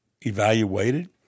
evaluated